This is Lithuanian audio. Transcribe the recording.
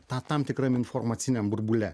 tą tam tikram informaciniam burbule